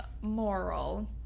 moral